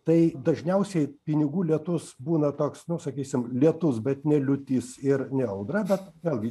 tai dažniausiai pinigų lietus būna toks nu sakysim lietus bet ne liūtis ir ne audra bet vėlgi